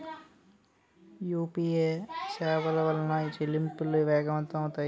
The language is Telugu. యూపీఏ సేవల వలన చెల్లింపులు వేగవంతం అవుతాయి